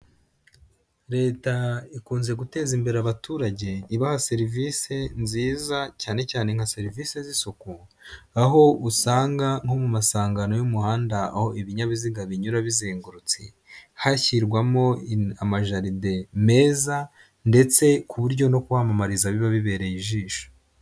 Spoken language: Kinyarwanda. Leta ikunze guteza imbere abaturage ibaha serivisi nziza cyane cyane nka serivisi z'isuku aho usanga nko mu masangano y'umuhanda aho ibinyabiziga binyura bizengurutse hashyirwamo amajaride meza ndetse ku buryo no ku hamamariza biba bibereye ijisho.